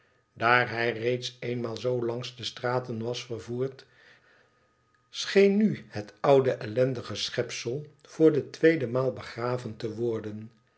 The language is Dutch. daar hij reeds eenmaal zoo langs de straten was vervoerd scheen nu het oude ellendige schepsel voor de tweede maal begraven te worden